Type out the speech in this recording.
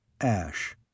Ash